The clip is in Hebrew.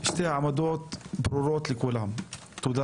העמדות ברורות לכולם, תודה